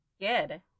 Good